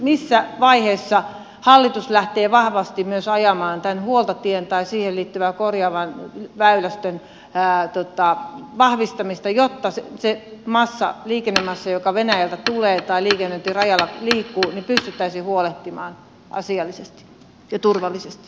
missä vaiheessa hallitus lähtee vahvasti ajamaan myös tämän huoltotien tai siihen liittyvän korjaavan väylästön vahvistamista jotta se liikennemassa joka venäjältä tulee tai liikennöinti rajalla pystyttäisiin huolehtimaan asiallisesti ja turvallisesti